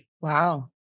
Wow